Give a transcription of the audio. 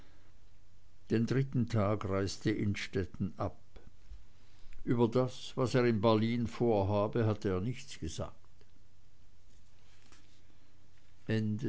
den dritten tag reiste innstetten ab über das was er in berlin vorhabe hatte er nichts gesagt